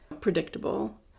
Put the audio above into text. predictable